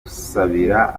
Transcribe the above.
gusabira